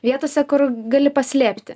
vietose kur gali paslėpti